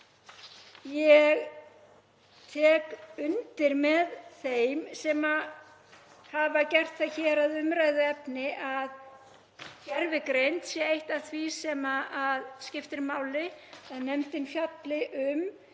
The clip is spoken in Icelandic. Ég tek undir með þeim sem hafa gert það að umræðuefni að gervigreind sé eitt af því sem skiptir máli að nefndin fjalli um,